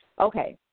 Okay